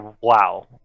wow